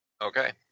Okay